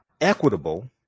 equitable